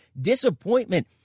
disappointment